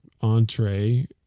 entree